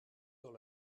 dans